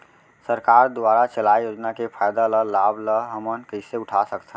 सरकार दुवारा चलाये योजना के फायदा ल लाभ ल हमन कइसे उठा सकथन?